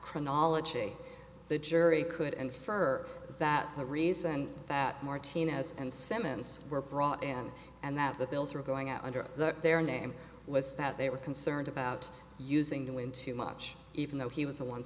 chronology the jury could and fur that the reason that martinez and simmons were brought in and that the bills are going out under their name was that they were concerned about using the wind too much even though he was the one